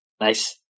Nice